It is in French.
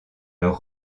leur